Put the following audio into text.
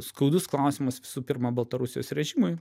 skaudus klausimas visu pirma baltarusijos režimui